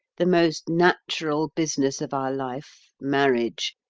the most natural business of our life, marriage,